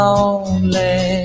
Lonely